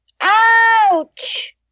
OUCH